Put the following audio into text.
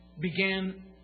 Began